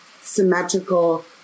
symmetrical